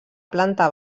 planta